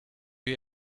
you